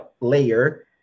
layer